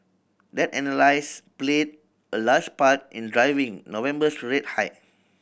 that played a large part in driving November's rate hike